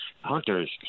hunters